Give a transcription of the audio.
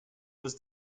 was